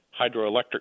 hydroelectric